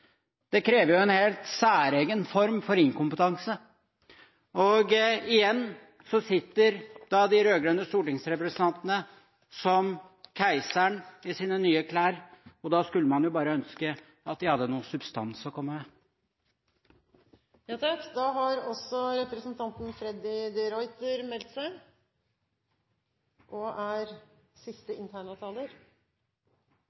Det krever en helt særegen form for inkompetanse – og igjen sitter de rød-grønne stortingsrepresentantene som keiseren i sine nye klær. Da skulle man ønske at de hadde noe substans å komme med. Til siste representant som hadde ordet her: Så vidt jeg vet, er